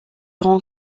rend